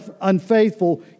unfaithful